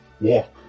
Walk